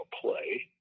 play